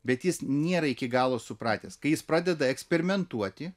bet jis nėra iki galo supratęs kai jis pradeda eksperimentuoti